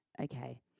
Okay